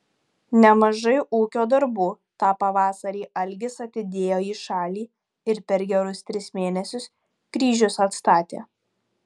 nemažai ūkio darbų tą pavasarį algis atidėjo į šalį ir per gerus tris mėnesius kryžius atstatė